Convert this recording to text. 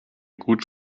gut